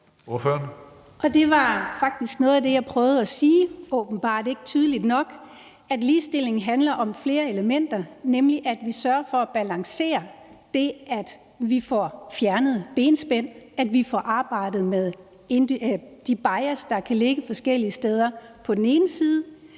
Det var også det, jeg prøvede at sige – åbenbart ikke tydeligt nok – altså at ligestilling handler om flere elementer, nemlig at vi sørger for at balancere det, at vi får fjernet benspænd, og at vi får arbejdet med de bias, der kan ligge forskellige steder. Og også